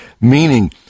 Meaning